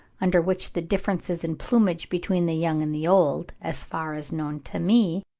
under which the differences in plumage between the young and the old, as far as known to me,